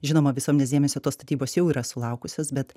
žinoma visuomenės dėmesio tos statybos jau yra sulaukusios bet